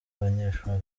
abanyeshuri